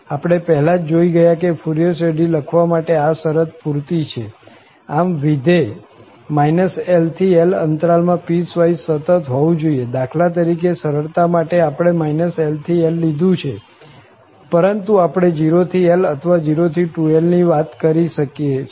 આપણે પહેલા જ જોઈ ગયા કે ફુરિયર શ્રેઢી લખવા માટે આ શરત પુરતી છે આમ વિધેય LL અંતરાલ માં પીસવાઈસ સતત હોવું જોઈએ દાખલા તરીકે સરળતા માટે આપણે LL લીધું છે પરંતુ આપણે 0L અથવા 02L ની વાત કરી શકીએ છીએ